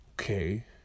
Okay